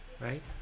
Right